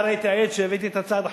אתה הרי היית עד שהבאתי את הצעת החוק,